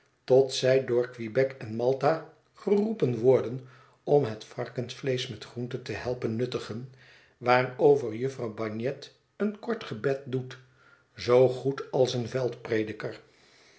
tot zij door quebec en malta geroepen worden om het varkensvleesch met groente te helpen nuttigen waarover jufvrouw bagnet een kort gebed doet zoo goed als een